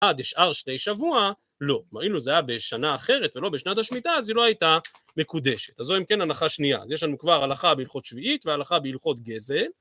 עד דשאר שני שבוע לא, זאת אומרת אם זה היה בשנה אחרת ולא בשנת השמיטה אז היא לא הייתה מקודשת אז זו אם כן הנחה שנייה, אז יש לנו כבר הלכה בהלכות שביעית והלכה בהלכות גזל